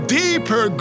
deeper